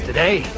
Today